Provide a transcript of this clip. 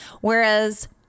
Whereas